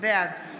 בעד